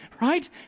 right